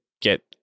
get